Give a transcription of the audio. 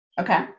Okay